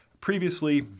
Previously